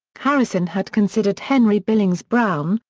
harrison had considered henry billings brown,